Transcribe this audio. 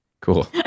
Cool